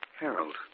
Harold